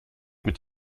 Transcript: mit